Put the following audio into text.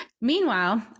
meanwhile